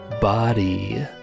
BODY